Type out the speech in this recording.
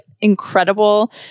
incredible